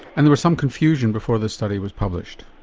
and there was some confusion before this study was published.